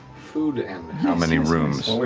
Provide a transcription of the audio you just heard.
food and how many rooms?